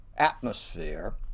atmosphere